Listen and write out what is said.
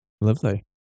lovely